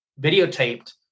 videotaped